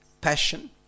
passion